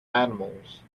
animals